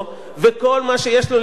וכל מה שיש לו לדבר,